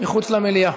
מחוץ למליאה.